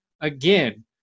again